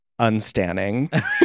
unstanding